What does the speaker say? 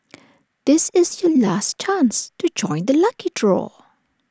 this is your last chance to join the lucky draw